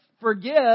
forgive